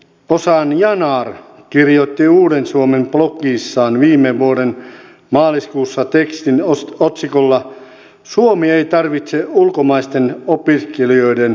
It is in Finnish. vihreiden ozan yanar kirjoitti uuden suomen blogissaan viime vuoden maaliskuussa tekstin otsikolla suomi ei tarvitse ulkomaisten opiskelijoiden lukukausimaksuja